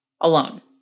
alone